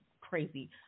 crazy